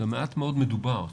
גם מעט מאוד מדובר,